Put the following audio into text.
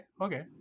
okay